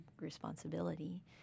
responsibility